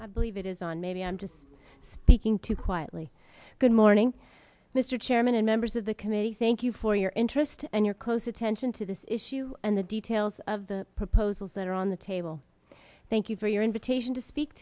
i believe it is on maybe i'm just speaking to quietly good morning mr chairman and members of the committee thank you for your interest and your close attention to this issue and the details of the proposals that are on the table thank you for your invitation to speak